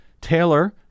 Taylor